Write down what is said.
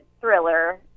thriller